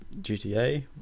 GTA